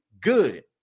good